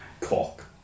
cock